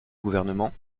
gouvernement